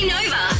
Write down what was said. Nova